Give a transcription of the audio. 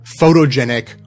photogenic